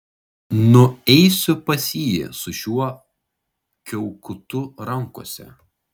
nueisiu pas jį su šiuo kiaukutu rankose